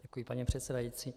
Děkuji, paní předsedající.